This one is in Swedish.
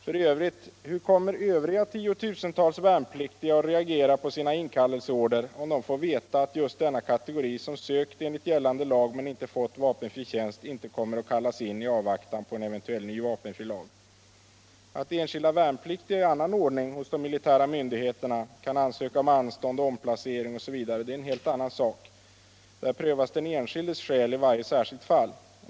För övrigt, hur kommer övriga tiotusentals värnpliktiga att reagera på sina inkallelseorder om de får veta att just denna kategori, som sökt enligt gällande lag men inte fått vapenfri tjänst, inte kommer att inkallas i avvaktan på en eventuell ny vapenfrilag? Att enskilda värnpliktiga i annan ordning hos de militära myndigheterna kan ansöka om anstånd, omplacering osv. är en helt annan sak. Där prövas den enskildes skäl i varje särskilt fall.